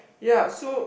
ya so